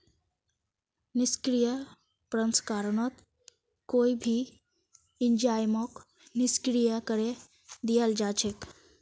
निष्क्रिय प्रसंस्करणत कोई भी एंजाइमक निष्क्रिय करे दियाल जा छेक